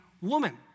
woman